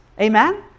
Amen